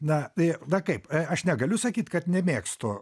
na tai na kaip aš negaliu sakyt kad nemėgstu